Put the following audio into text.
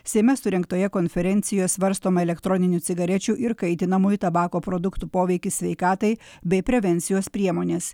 seime surengtoje konferencijoj svarstoma elektroninių cigarečių ir kaitinamųjų tabako produktų poveikis sveikatai bei prevencijos priemonės